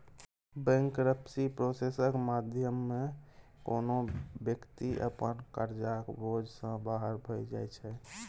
bankruptcy प्रोसेसक माध्यमे कोनो बेकती अपन करजाक बोझ सँ बाहर भए जाइ छै